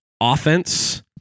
Offense